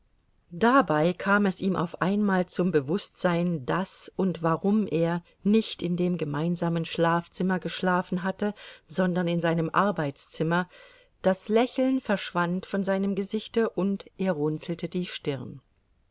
dabei kam es ihm auf einmal zum bewußtsein daß und warum er nicht in dem gemeinsamen schlafzimmer geschlafen hatte sondern in seinem arbeitszimmer das lächeln verschwand von seinem gesichte und er runzelte die stirn